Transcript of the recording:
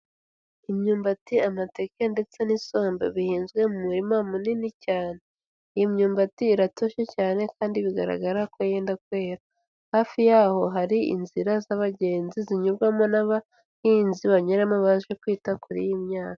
Imyumbati, amateke ndetse n'isomba bihinzwe mu murima munini cyane. Iyi myumbati iratoshye cyane, kandi bigaragara ko yenda kwera. Hafi y'aho hari inzira z'abagenzi zinyurwamo n'abahinzi banyuramo baje kwita kuri iyi myaka.